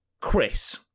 Chris